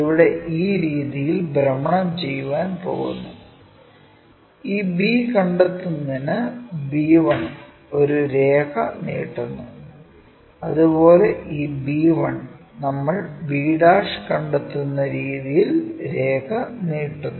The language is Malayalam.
ഇവിടെ ഈ രീതിയിൽ ഭ്രമണം ചെയ്യാൻ പോകുന്നു ഈ b കണ്ടെത്തുന്നതിന് b1 ഒരു രേഖ നീട്ടുന്നു അതുപോലെ ഈ b1 നമ്മൾ b കണ്ടെത്തുന്ന രീതിയിൽ രേഖ നീട്ടുന്നു